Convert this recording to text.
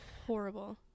horrible